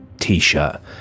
t-shirt